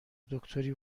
دکتری